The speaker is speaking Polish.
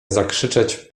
zakrzyczeć